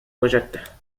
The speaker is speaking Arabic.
وجدته